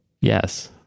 yes